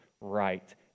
right